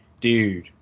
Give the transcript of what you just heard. dude